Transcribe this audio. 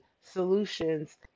solutions